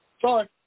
Sorry